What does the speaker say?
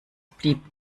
blieb